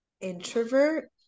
introvert